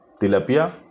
Tilapia